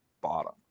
bottom